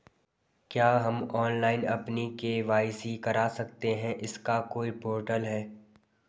क्या हम ऑनलाइन अपनी के.वाई.सी करा सकते हैं इसका कोई पोर्टल है?